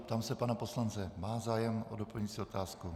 Ptám se pana poslance má zájem o doplňující otázku?